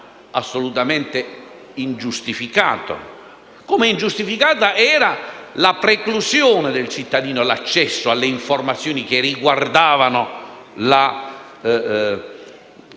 assolutamente ingiustificato, come ingiustificata era la preclusione del cittadino all'accesso alle informazioni che riguardavano le